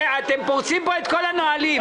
אתם פורצים פה את כל הנהלים.